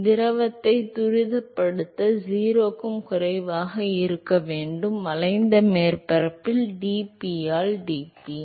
எனவே திரவத்தை துரிதப்படுத்த 0 க்கும் குறைவாக இருக்க வேண்டிய வளைந்த மேற்பரப்பில் dp ஆல் dp